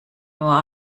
nur